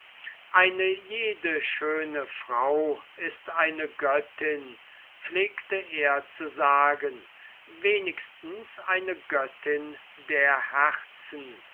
eine jede schöne frau ist eine göttin pflegte er zu sagen wenigstens eine göttin der herzen